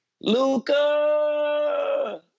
Luca